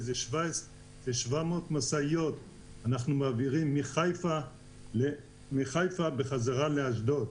שזה 700 משאיות שנוסעות מחיפה בחזרה לאשדוד.